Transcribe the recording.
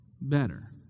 better